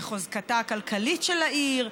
בחוזק הכלכלי של העיר,